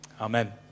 amen